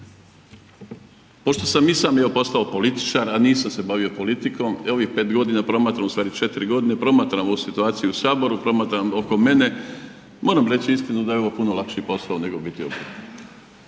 Pošto sam i sam postao političar, a nisam se bavio politikom ovih pet godina promatram ustvari četiri godine promatram ovu situaciju u saboru, promatram oko mene, moram reći istinu da je ovo puno lakši posao nego biti obrtnik.